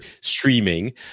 streaming